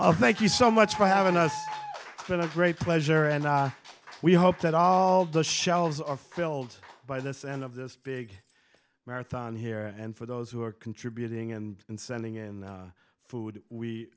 every thank you so much for having us for a great pleasure and we hope that all the shelves are filled by this end of this big marathon here and for those who are contributing and sending in food we